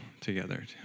together